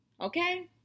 Okay